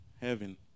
heaven